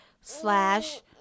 slash